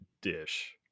dish